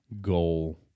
goal